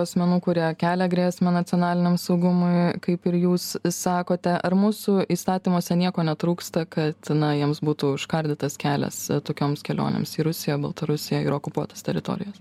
asmenų kurie kelia grėsmę nacionaliniam saugumui kaip ir jūs sakote ar mūsų įstatymuose nieko netrūksta kad na jiems būtų užkardytas kelias tokioms kelionėms į rusiją baltarusiją ir okupuotas teritorijas